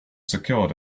secured